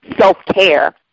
self-care